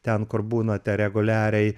ten kur būnate reguliariai